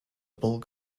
bulk